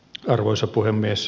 arvoisa puhemies